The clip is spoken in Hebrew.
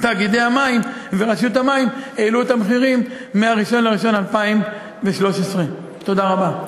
תאגידי המים ורשות המים העלו את המחירים ב-1 בינואר 2013. תודה רבה.